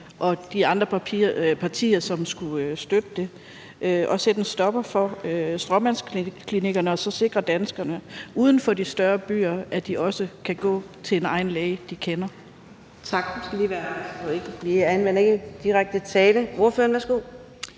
og de andre partier, som skulle støtte det, at sætte en stopper for stråmandsklinikkerne og så sikre danskerne uden for de større byer, at de også kan gå til en egen læge, de kender? Kl. 11:35 Fjerde næstformand (Karina